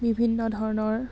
বিভিন্ন ধৰণৰ